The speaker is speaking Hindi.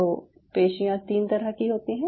तो पेशियाँ तीन तरह की होती है